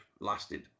lasted